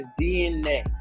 DNA